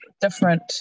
different